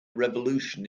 revolution